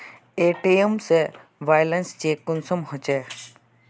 ATM से balance check कुंसम होचे?